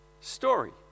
Story